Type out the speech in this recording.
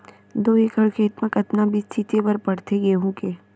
दो एकड़ खेत म कतना बीज छिंचे बर पड़थे गेहूँ के?